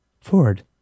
ford